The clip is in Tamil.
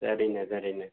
சரிண்ணே சரிண்ணே